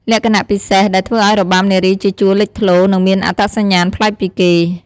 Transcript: លក្ខណៈពិសេសដែលធ្វើឱ្យរបាំនារីជាជួរលេចធ្លោ និងមានអត្តសញ្ញាណប្លែកពីគេ។